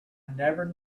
never